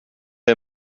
est